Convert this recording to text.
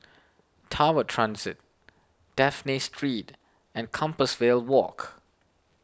Tower Transit Dafne Street and Compassvale Walk